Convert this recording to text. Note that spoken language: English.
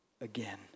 again